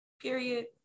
Period